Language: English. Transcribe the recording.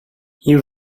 you